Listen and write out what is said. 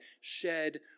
shed